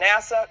NASA